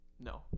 No